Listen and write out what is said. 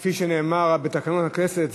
כפי שנאמר בתקנון הכנסת,